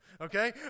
Okay